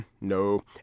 no